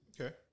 Okay